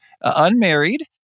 unmarried